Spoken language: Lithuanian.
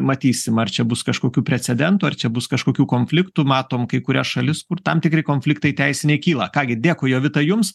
matysim ar čia bus kažkokių precedentų ar čia bus kažkokių konfliktų matom kai kurias šalis kur tam tikri konfliktai teisiniai kyla ką gi dėkui jovita jums